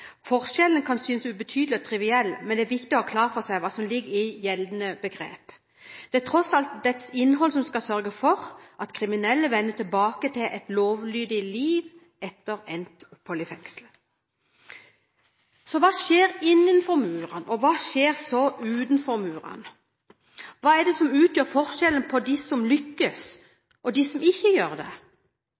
Forskjellen kan synes ubetydelig og triviell, men det er viktig å ha klart for seg hva som ligger i gjeldende begrep. Det er tross alt begrepets innhold som skal sørge for at kriminelle vender tilbake til et lovlydig liv etter endt opphold i fengselet. Så hva skjer innenfor murene? Hva skjer utenfor murene? Hva er forskjellen på dem som lykkes, og dem som ikke gjør det?